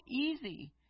easy